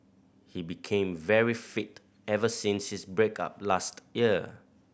he became very fit ever since his break up last year